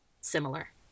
similar